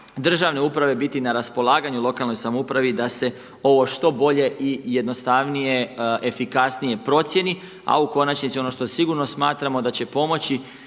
državne uprave biti na raspolaganju lokalnoj samoupravi da se ovo što bolje i jednostavnije, efikasnije procijeni. A u konačnici ono što sigurno smatramo da će pomoći